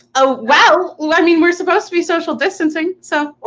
oh, well, like i mean, we're supposed to be social distancing. so? well,